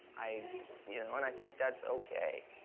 i you know? and i think that's okay.